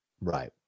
Right